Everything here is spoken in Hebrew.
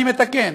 אני מתקן,